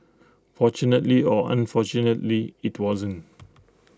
fortunately or unfortunately IT wasn't